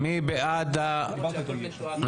מי בעד הרביזיה?